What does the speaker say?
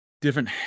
different